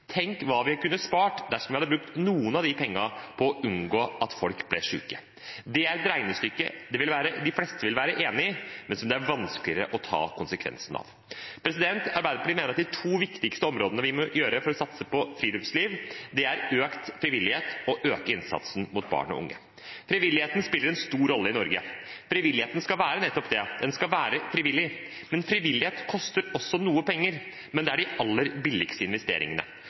Tenk hva vi kunne spart dersom vi hadde brukt noen av de pengene på å unngå at folk ble syke! Det er et regnestykke de fleste vil være enig i, men som det er vanskeligere å ta konsekvensen av. Arbeiderpartiet mener at de to viktigste tingene vi må gjøre for å satse på friluftsliv, er å ha økt frivillighet og å øke innsatsen for barn og unge. Frivilligheten spiller en stor rolle i Norge. Frivilligheten skal være nettopp det, den skal være frivillig. Frivillighet koster også noen penger, men det er de aller billigste investeringene